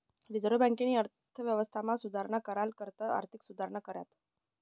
reserve बँकेनी अर्थव्यवस्थामा सुधारणा कराना करता आर्थिक सुधारणा कऱ्यात